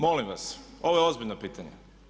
Molim vas, ovo je ozbiljno pitanje.